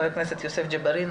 חבר הכנסת יוסף ג'בארין,